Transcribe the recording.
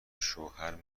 شوهر